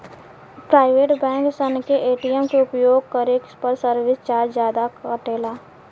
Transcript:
private bank सन के ATM के उपयोग करे पर सर्विस चार्ज जादा कटेला